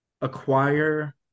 acquire